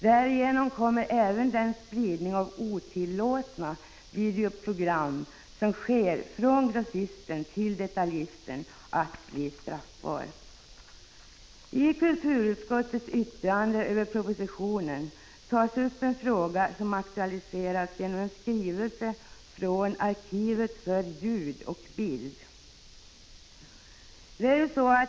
Därigenom kommer även den spridning av otillåtna videogram som sker från grossisten till detaljisten att bli straffbar. I kulturutskottets yttrande över propositionen tas det upp en fråga som aktualiserats genom en skrivelse från arkivet för ljud och bild.